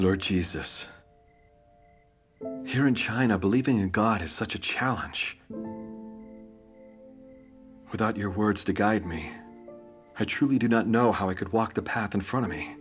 lord jesus here in china believing in god is such a challenge without your words to guide me i truly do not know how i could walk the path in front of me